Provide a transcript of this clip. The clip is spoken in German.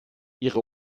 ihre